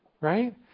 Right